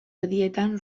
erdietan